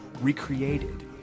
recreated